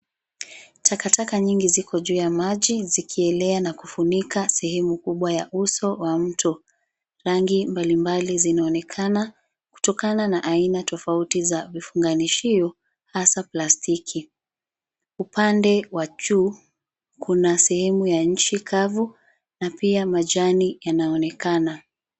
Takataka nyingi ziko juu ya maji zikielea na kufunika sehemu kubwa ya uso wa mto. Rangi mbali mbali zinaonekana kutokana na aina tofauti za vifunganishio hasa plastiki. Upande wa juu kuna sehemu ya nchi kavu na pia majani yanaonekana.